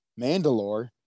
Mandalore